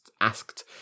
asked